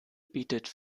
bietet